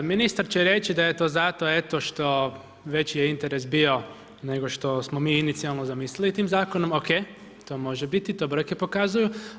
Ministar će reći da je to zato eto što veći je interes bio nego što smo mi inicijalno zamislili tim zakonom, ok, to može biti, to brojke pokazuju.